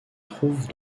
trouve